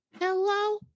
Hello